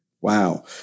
Wow